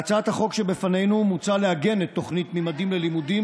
בהצעת החוק שבפנינו מוצע לעגן את תוכנית ממדים ללימודים